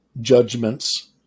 judgments